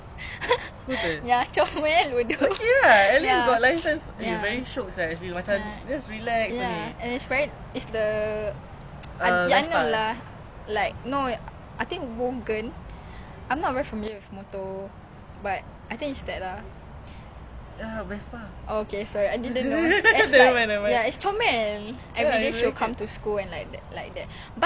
okay sorry I didn't know it's comel at least you will come to school and like like that but I think like hujan a bit difficult though ya mm ya but how hard like how I have friends who have like motor the besar one just like five K starting price